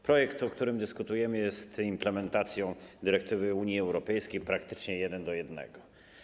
Projekt, o którym dyskutujemy, jest implementacją dyrektywy Unii Europejskiej, praktycznie jeden do jednego.